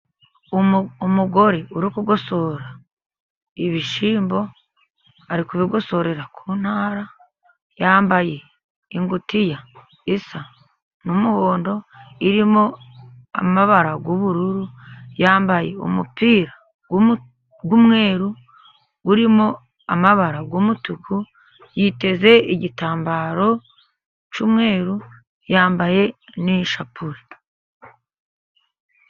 Umugore uri kugosora ibishyimbo ari kubigosorera ku ntara, yambaye ingutiya isa n'umuhondo irimo amabara y'ubururu, yambaye umupira w'umweru urimo amabara y'umutuku, yiteze igitambaro cy'umweruru yambaye n'ishapure.